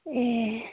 ए